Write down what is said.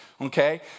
okay